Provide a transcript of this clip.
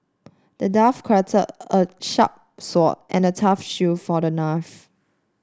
the dwarf crafted a sharp sword and a tough shield for the